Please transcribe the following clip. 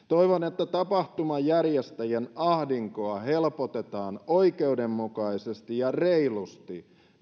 että tapahtumajärjestäjien ahdinkoa helpotetaan oikeudenmukaisesti ja reilusti